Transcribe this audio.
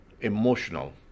emotional